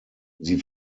sie